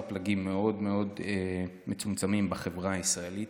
פלגים מאוד מאוד מצומצמים בחברה הישראלית.